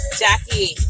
jackie